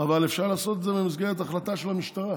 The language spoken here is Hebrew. אבל אפשר לעשות את זה במסגרת החלטה של המשטרה